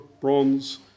bronze